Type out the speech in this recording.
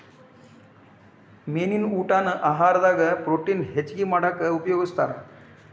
ಮೇನಿನ ಊಟಾನ ಆಹಾರದಾಗ ಪ್ರೊಟೇನ್ ಹೆಚ್ಚ್ ಮಾಡಾಕ ಉಪಯೋಗಸ್ತಾರ